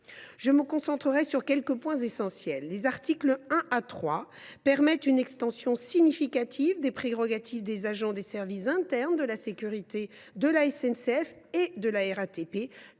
Je me concentrerai sur quelques points essentiels. Les articles 1 à 3 permettent une extension significative des prérogatives des agents des services internes de sécurité de la SNCF – la